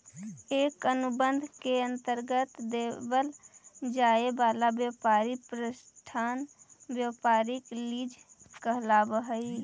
एक अनुबंध के अंतर्गत देवल जाए वाला व्यापारी प्रतिष्ठान व्यापारिक लीज कहलाव हई